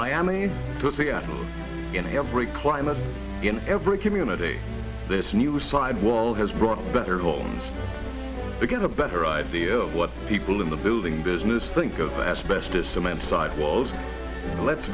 seattle in every climate in every community this new sidewall has brought better homes to get a better idea of what people in the building business think of asbestos cement side walls let's